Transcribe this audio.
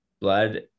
blood